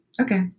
Okay